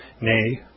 nay